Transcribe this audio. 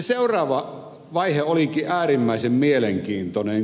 seuraava vaihe olikin äärimmäisen mielenkiintoinen